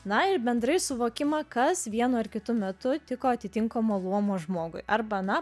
na ir bendrai suvokimą kas vienu ar kitu metu tiko atitinkamo luomo žmogui arba na